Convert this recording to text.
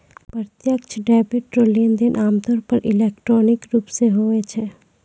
प्रत्यक्ष डेबिट रो लेनदेन आमतौर पर इलेक्ट्रॉनिक रूप से हुवै छै